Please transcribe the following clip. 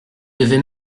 devait